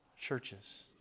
churches